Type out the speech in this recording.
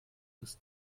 bis